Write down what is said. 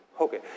Okay